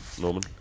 Norman